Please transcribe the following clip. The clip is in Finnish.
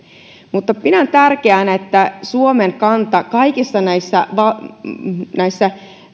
pidän tärkeänä että suomen kanta kaikissa näissä